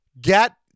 get